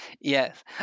yes